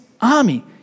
army